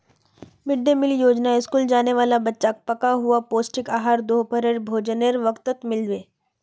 mid day meal योजनात school जाने वाला बच्चाक पका हुआ पौष्टिक आहार दोपहरेर भोजनेर वक़्तत मिल बे